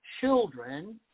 children